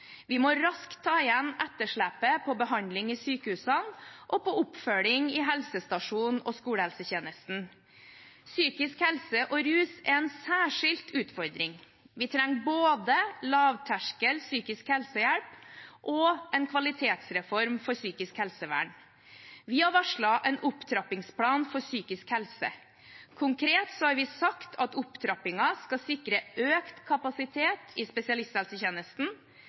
Vi må raskt ta igjen etterslepet på behandling i sykehusene og på oppfølging i helsestasjons- og skolehelsetjenesten. Psykisk helse og rus er en særskilt utfordring. Vi trenger både lavterskel psykisk helsehjelp og en kvalitetsreform for psykisk helsevern. Vi har varslet en opptrappingsplan for psykisk helse. Konkret har vi sagt at opptrappingen skal sikre økt kapasitet i spesialisthelsetjenesten.